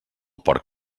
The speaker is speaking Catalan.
porc